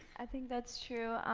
i think that's true.